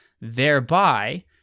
thereby